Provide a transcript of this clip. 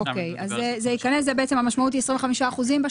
זאת אומרת, אני לא יכול לעשות